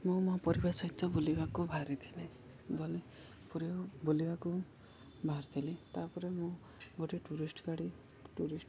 ମୁଁ ମୋ ପରିବାର ସହିତ ବୁଲିବାକୁ ବାହାରି ଥିଲି ଗଲି ପୁରୀ ବୁଲିବାକୁ ବାହାରିଥିଲି ତା'ପରେ ମୁଁ ଗୋଟେ ଟୁରିଷ୍ଟ ଗାଡ଼ି ଟୁରିଷ୍ଟ